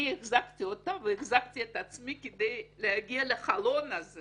אני החזקתי אותה והחזקתי את עצמי כדי להגיע לחלון הזה